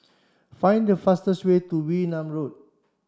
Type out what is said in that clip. find the fastest way to Wee Nam Road